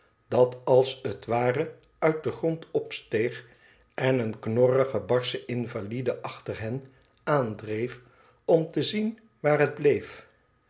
dat als het ware uit den grond opsteeg en een knonigen barschen invalide achter hen aandreef om te zien waar het bleef